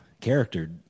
character